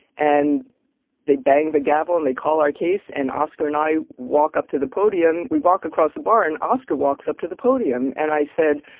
and they bang the gavel and they call our case and oscar and i walk up to the podium, we walk across the barn, oscar walks up to the podium and i said,